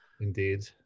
Indeed